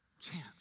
chance